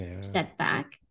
setback